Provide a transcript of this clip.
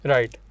Right